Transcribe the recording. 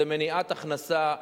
זו מניעת הכנסה,